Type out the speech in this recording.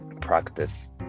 practice